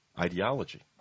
ideology